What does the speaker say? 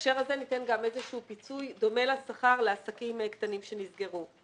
בהקשר הזה ניתן גם איזשהו פיצוי דומה לשכר לעסקים קטנים שנסגרו.